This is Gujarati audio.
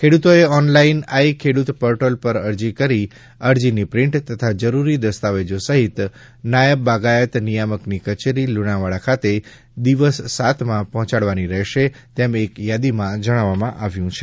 ખેડૂતોએ ઓનલાઈન આઈ ખેડૂત પોર્ટલ પર અરજી કરી અરજીની પ્રિન્ટ તથા જરૂરી દસ્તાવેજો સહિત નાયબ બાગાયત નિયામકની કચેરી લુણાવાડા ખાતે દિવસ સાતમાં પહોંચાડવાની રહેશે તેમ એક યાદીમાં જણાવ્યું છે